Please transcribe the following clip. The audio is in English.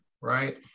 right